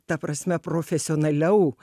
ta prasme profesionaliau